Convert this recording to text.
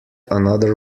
another